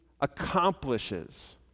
accomplishes